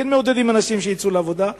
וכן מעודדים אנשים שיצאו לעבודה,